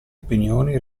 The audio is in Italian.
opinioni